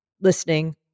listening